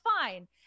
fine